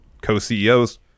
co-CEOs